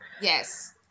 Yes